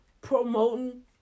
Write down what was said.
promoting